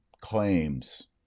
claims